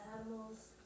animals